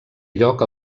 lloc